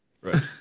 Right